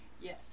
yes